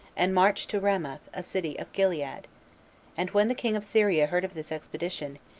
and marched to ramoth a city of gilead and when the king of syria heard of this expedition,